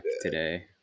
today